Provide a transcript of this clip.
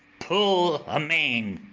pull amain.